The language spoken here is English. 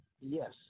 Yes